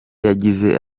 yagize